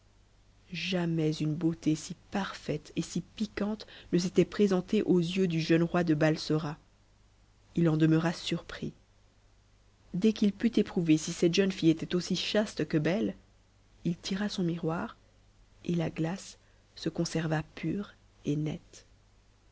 jamais une beauté si parfaite et si piquante ne s'était présentée aux yeux du jeune roi de baisora h en demeura surpris des qu'il put éprouver si cette fille était aussi chaste que belle il tira son miroir et la glace se conserva pure et nette